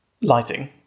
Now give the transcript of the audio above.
lighting